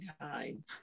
time